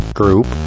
group